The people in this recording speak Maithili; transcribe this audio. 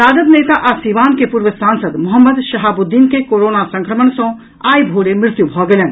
राजद नेता आ सीवान के पूर्व सांसद मोहम्मद शहाबुद्दीन के कोरोना संक्रमण सँ आइ भोरे मृत्यु भऽ गेलनि